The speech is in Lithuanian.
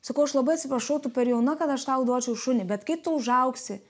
sakau aš labai atsiprašau tu per jauna kad aš tau duočiau šunį bet kai tu užaugsi